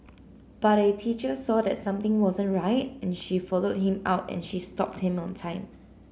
but a teacher saw that something wasn't right and she followed him out and she stopped him on time